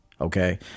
Okay